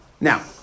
Now